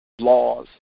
laws